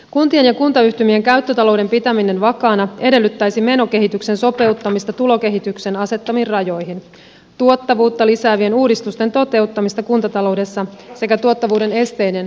kuntien ja kuntayhtymien käyttötalouden pitäminen vakaana edellyttäisi menokehityksen sopeuttamista tulokehityksen asettamiin rajoihin tuottavuutta lisäävien uudistusten toteuttamista kuntataloudessa sekä tuottavuuden esteiden poistamista